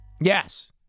Yes